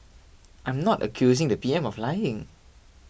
I'm not accusing the P M of lying